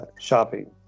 Shopping